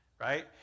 right